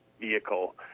vehicle